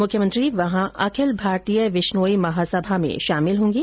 मुख्यमंत्री वहां अखिल भारतीय बिश्नोई महासभा में शामिल होंगे